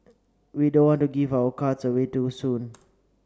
we don't want to give our cards away too soon